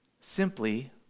Simply